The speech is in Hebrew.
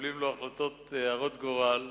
מקבלים החלטות הרות גורל,